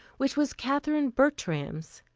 which was katherine bertram's.